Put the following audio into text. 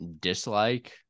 dislike